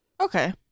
okay